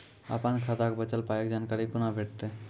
अपन खाताक बचल पायक जानकारी कूना भेटतै?